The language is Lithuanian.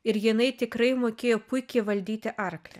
ir jinai tikrai mokėjo puikiai valdyti arklį